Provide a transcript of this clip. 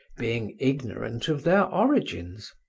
being ignorant of their origins.